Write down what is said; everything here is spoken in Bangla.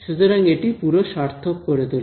সুতরাং এটি পুরো সার্থক করে তোলে